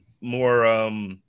more –